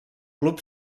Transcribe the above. club